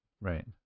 Right